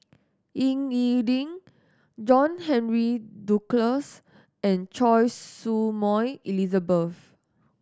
Ying E Ding John Henry Duclos and Choy Su Moi Elizabeth